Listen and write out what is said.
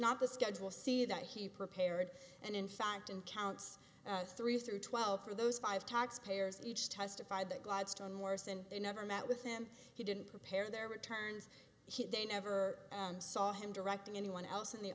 not the schedule c that he prepared and in fact in counts three through twelve for those five tax payers each testified that gladstone morrison never met with him he didn't prepare their returns they never saw him directing anyone else in the